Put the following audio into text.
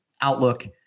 outlook